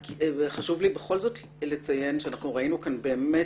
חשוב לי בכל זאת לציין שאנחנו ראינו כאן באמת